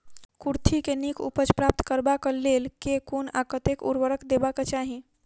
कुर्थी केँ नीक उपज प्राप्त करबाक लेल केँ कुन आ कतेक उर्वरक देबाक चाहि?